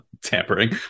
tampering